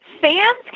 Fans